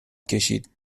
کشید